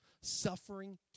Suffering